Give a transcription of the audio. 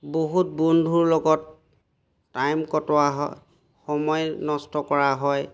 বহুত বন্ধুৰ লগত টাইম কটোৱা হয় সময় নষ্ট কৰা হয়